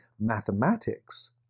Mathematics